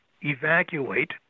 evacuate